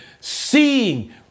seeing